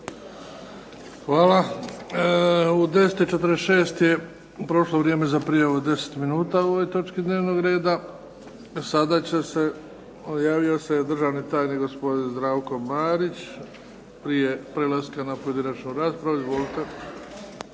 Hvala. U 10,46 je prošlo vrijeme za prijavu od 10 minuta o ovoj točki dnevnog reda. Sada će se, javio se gospodin državni tajnik gospodin Zdravko Marić prije prelaska na pojedinačnu raspravu.